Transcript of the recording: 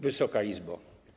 Wysoka Izbo!